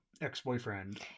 ex-boyfriend